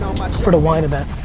for the wine event.